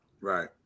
Right